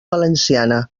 valenciana